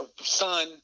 son